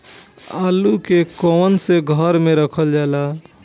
आलू के कवन से घर मे रखल जाला?